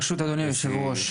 ברשות אדוני היושב-ראש,